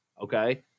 okay